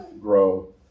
grow